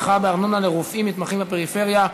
הנחה בארנונה לרופאים מתמחים בפריפריה),